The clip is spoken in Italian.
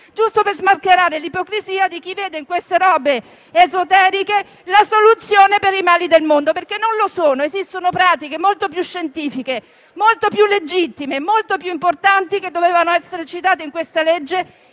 giusto per smascherare l'ipocrisia di chi vede in questa roba esoterica la soluzione per i mali del mondo. Non lo sono, esistono pratiche molto più scientifiche, molto più legittime e molto più importanti - che dovevano essere citate nella legge